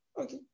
Okay